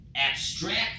abstract